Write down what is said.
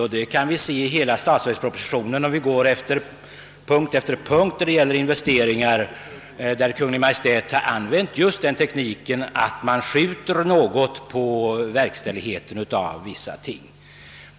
På punkt efter punkt i statsverkspropositionen kan vi se att Kungl. Maj:t använt den tekniken, att man något skjuter på verkställigheten av vissa åtgärder.